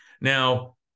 Now